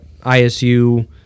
ISU